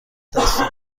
دست